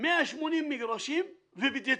180 מגרשים ובדצמבר.